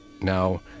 Now